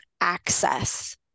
access